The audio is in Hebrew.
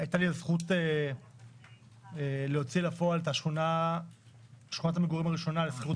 הייתה לי הזכות להוציא לפועל את שכונת המגורים הראשונה לשכירות